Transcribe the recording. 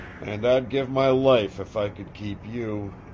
and i'd give my life if i could keep you!